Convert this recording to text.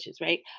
right